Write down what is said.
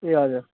ए हजुर